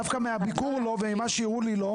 דווקא לא מהביקור ולא ממה שהראו לי,